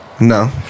No